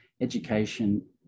education